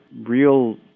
real